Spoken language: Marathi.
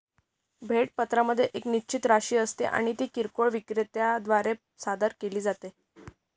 भेट पत्रामध्ये एक निश्चित राशी असते आणि ती किरकोळ विक्रेत्या द्वारे सादर केली जाते